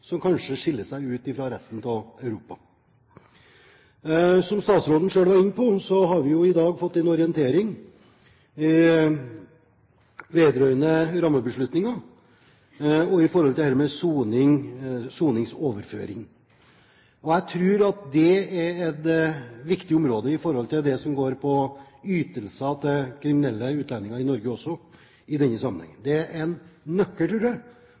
som kanskje skiller seg ut fra den i resten av Europa. Som statsråden selv var inne på, har vi i dag fått en orientering vedrørende rammebeslutningene og dette med soningsoverføring. Jeg tror at det er et viktig område når det gjelder ytelser til kriminelle utlendinger i Norge. Det er en nøkkel, tror jeg,